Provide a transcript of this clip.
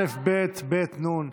אל"ף-בי"ת, בי"ת-נו"ן.